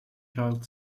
child